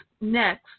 Next